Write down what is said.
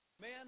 Man